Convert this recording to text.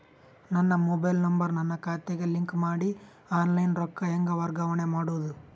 ನನ್ನ mobile number ನನ್ನ ಖಾತೆಗೆ ಲಿಂಕ್ ಮಾಡಿ ಆನ್ಲೈನ್ ರೊಕ್ಕ ಹೆಂಗ ವರ್ಗಾವಣೆ ಮಾಡೋದು?